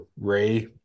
Ray